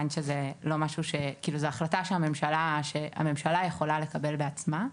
זו החלטה של הממשלה שהממשלה יכולה לקבל בעצמה.